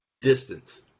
distance